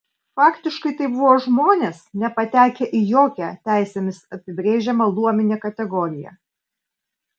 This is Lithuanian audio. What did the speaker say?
faktiškai tai buvo žmonės nepatekę į jokią teisėmis apibrėžiamą luominę kategoriją